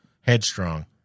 headstrong